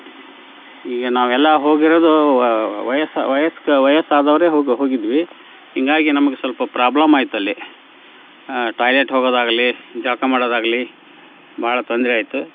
ಈಗ ನಾವೆಲ್ಲ ಹೋಗಿರೋದು ವಯಸ ವಯಸ್ಕ ವಯಸ್ಸಾದವರೆ ಹೋಗಿ ಹೋಗಿದ್ವಿ ಹಿಂಗಾಗಿ ನಮಿಗೆ ಸ್ವಲ್ಪ ಪ್ರಾಬ್ಲಮ್ ಆಯಿತಲ್ಲಿ ಟಾಯ್ಲೆಟ್ ಹೋಗೋದಾಗಲಿ ಜಳಕ ಮಾಡೋದಾಗಲಿ ಭಾಳ ತೊಂದರೆ ಆಯಿತು